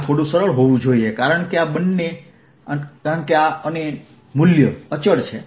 આ થોડું સરળ હોવું જોઈએ કારણ કે આ અને આ મૂલ્ય અચળ છે